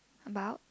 about